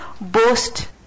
boast